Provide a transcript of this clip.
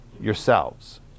yourselves